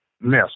miss